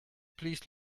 please